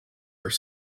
are